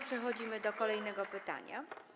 Przechodzimy do kolejnego pytania.